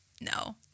no